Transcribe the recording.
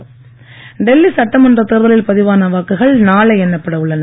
டெல்லி டெல்லி சட்டமன்ற தேர்தலில் பதிவான வாக்குகள் நாளை எண்ணப்பட உள்ளன